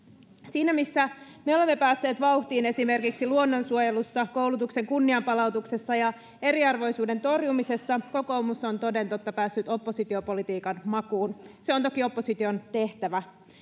siinä missä me olemme päässeet vauhtiin esimerkiksi luonnonsuojelussa koulutuksen kunnianpalautuksessa ja eriarvoisuuden torjumisessa kokoomus on toden totta päässyt oppositiopolitiikan makuun se on toki opposition tehtävä